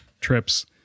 trips